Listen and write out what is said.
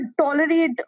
tolerate